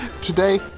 Today